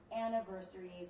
anniversaries